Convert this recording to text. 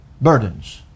burdens